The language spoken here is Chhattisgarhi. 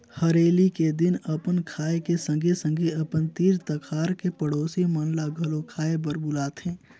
हरेली के दिन अपन खाए के संघे संघे अपन तीर तखार के पड़ोसी मन ल घलो खाए बर बुलाथें